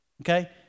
okay